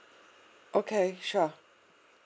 okay sure